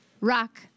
rock